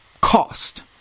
cost